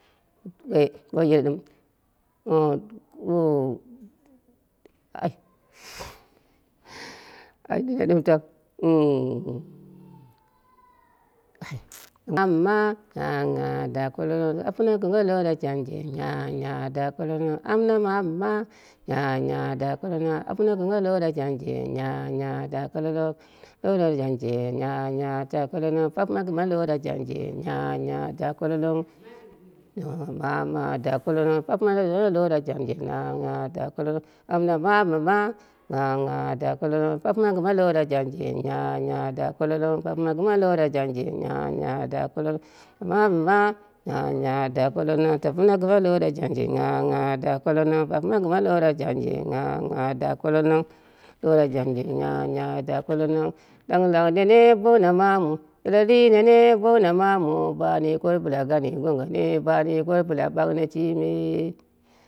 Woi woije ɗɨm ai nene ɗɨm tang ai ngam ma nga nga ja kololong ngapuno ɗingha lora janghi ja ja jaklolong amna mamu ma nya nya jakololong apuno lora jangha nya jakolong apuno lora janghi jajajkololong nya nya nya jakololong papɨma gɨma lora jaghi jajajkololong papɨma gɨma lora jaghi nya nya nya kololong nya nya nya kololong amna mamu ma jajajkolong amna mamau ma jajakolong papɨma gɨma lora jaghi jajajakololong. Ɗanghɨlang nene bouna mawu yeleri nene bouna mawu bani yukot bɨla gangenima bani yukot bɨla ɓango shumi